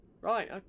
right